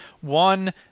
One